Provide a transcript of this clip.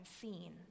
seen